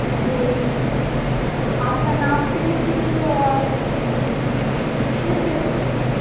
जी आपका नाप दे दीजिए और सूट दे दीजिए